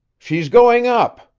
she's going up!